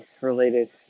related